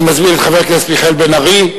אני מזמין את חבר הכנסת מיכאל בן-ארי.